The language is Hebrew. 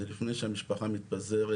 זה לפני שהמשפחה מתפזרת,